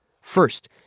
First